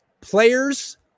Players